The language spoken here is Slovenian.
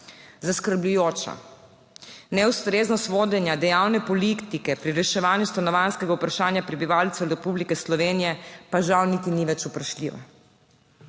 zaskrbljujoča. Neustreznost vodenja dejavne politike pri reševanju stanovanjskega vprašanja prebivalcev Republike Slovenije pa žal niti ni več vprašljiva«.